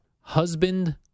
husband